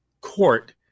court